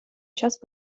час